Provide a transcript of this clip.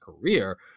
career